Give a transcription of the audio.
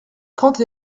trente